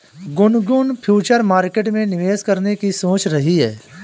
Gungun future market में निवेश करने की सोच रही है